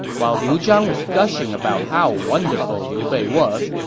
while liu zhang was gushing about how wonderful liu bei was,